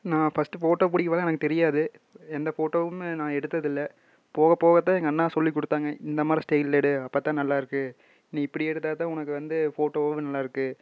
நான் first photo பிடிக்கப் போகிறேன் எனக்கு தெரியாது எந்த ஃபோட்டோவுமே நான் எடுத்தது இல்லை போகப் போக தான் எங்கள் அண்ணா சொல்லிக் கொடுத்தாங்க இந்த மாதிரி ஸ்டைலில் எடு அப்போத்தான் நல்லாயிருக்கு நீ இப்படி எடுத்தால்தான் உனக்கு வந்து ஃபோட்டோ நல்லாயிருக்கு